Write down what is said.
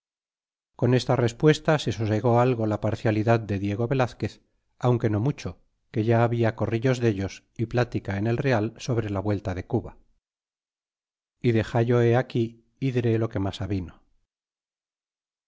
con esta respuesta se sosegó algo la parcialidad del diego velazquez aunque no mucho que ya habia corrillos dellos y plática en el real sobre la vuelta de cuba y dexallohe aquí y diré lo que mas avino